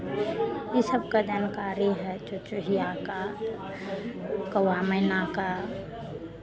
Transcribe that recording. इ सबका जानकारी है चुहचुहिया का कौआ मैना का